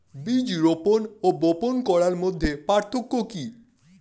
বীজ রোপন ও বপন করার মধ্যে পার্থক্য কি?